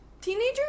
teenagers